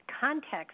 context